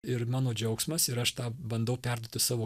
ir mano džiaugsmas ir aš tą bandau perduoti savo